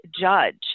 judge